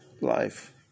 life